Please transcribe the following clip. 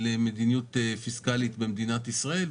למדיניות הפיסקלית במדינת ישראל.